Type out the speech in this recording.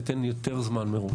ניתן יותר זמן מראש.